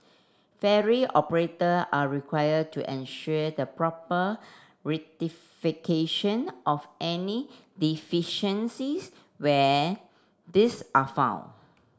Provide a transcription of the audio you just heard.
ferry operator are required to ensure the proper rectification of any deficiencies when these are found